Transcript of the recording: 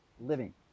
Living